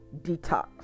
detox